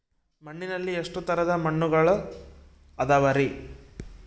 ಮಣ್ಣಿನಲ್ಲಿ ಎಷ್ಟು ತರದ ಮಣ್ಣುಗಳ ಅದವರಿ?